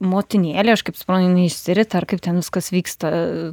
motinėlė aš kaip suprantu jinai išsirita ar kaip ten viskas vyksta